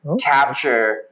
capture